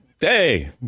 Hey